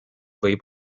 võib